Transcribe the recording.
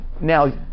Now